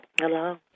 hello